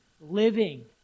Living